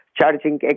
charging